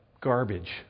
garbage